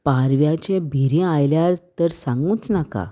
पारव्याचे भिरें आयल्यार तर सांगूच नाका